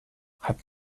hat